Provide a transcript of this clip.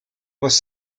was